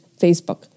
Facebook